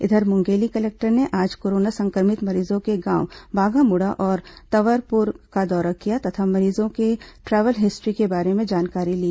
इधर मुंगेली कलेक्टर ने आज कोरोना संक्रमित मरीजों के गांव बाघामुड़ा और तरवरपुर का दौरा किया तथा मरीजों की ट्रैवल हिस्ट्री के बारे में जानकारी ली